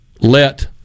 let